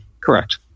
Correct